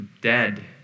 dead